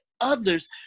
others